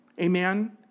Amen